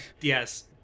Yes